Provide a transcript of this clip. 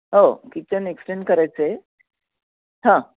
हो kitchen extend करायचं आहे हां